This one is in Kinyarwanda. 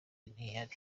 ntiyari